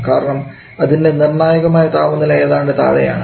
കാരണം അതിൻറെ നിർണായകമായ താപനില ഏതാണ്ട് താഴെയാണ്